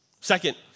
Second